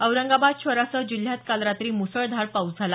औरंगाबाद शहरासह जिल्ह्यात काल रात्री मुसळधार पाऊस झाला